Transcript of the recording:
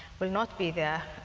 will not be there,